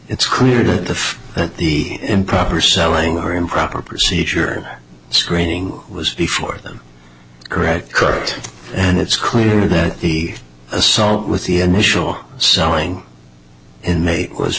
it's clear that the that the improper selling her improper procedure screening was before them correct correct and it's clear that the assault with the initial snowing in may was